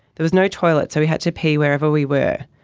there was no toilet so we had to pee wherever we were.